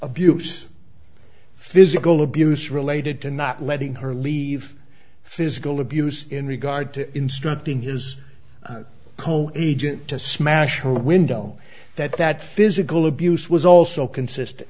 abuse physical abuse related to not letting her leave physical abuse in regard to instructing his co agent to smash a window that that physical abuse was also consistent